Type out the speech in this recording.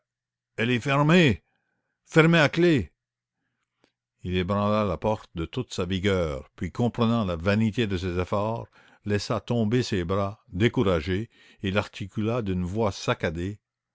elle est fermée fermée à clef il ébranla la porte de toute sa vigueur puis comprenant la vanité de ses efforts laissa tomber ses bras découragé et il articula d'une voix saccadée